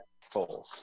four